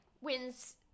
wins